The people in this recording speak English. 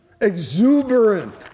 exuberant